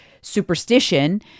superstition